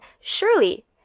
surely